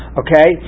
okay